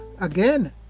again